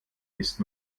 ist